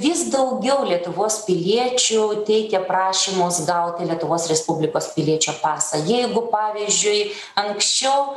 vis daugiau lietuvos piliečių teikė prašymus gauti lietuvos respublikos piliečio pasą jeigu pavyzdžiui anksčiau